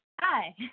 Hi